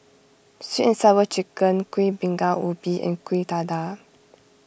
Sweet and Sour Chicken Kuih Bingka Ubi and Kuih Dadar